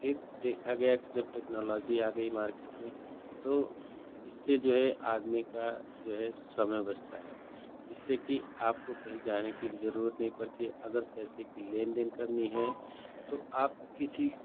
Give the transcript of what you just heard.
फिर देखा गया कि जब टेक्नोलॉज़ी आ गई मार्केट में तो इससे जो है आदमी का जो है समय बचता है जिससे कि आपको कहीं जाने की भी जरूरत नहीं पड़ती है अगर पैसे का लेनदेन करना है तो आप किसी